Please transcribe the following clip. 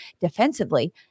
defensively